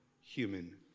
human